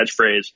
catchphrase